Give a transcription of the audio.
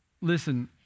listen